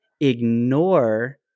ignore